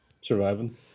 Surviving